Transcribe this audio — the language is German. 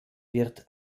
wird